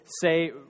say